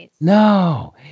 No